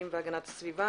הישיבה.